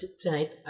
tonight